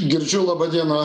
girdžiu laba diena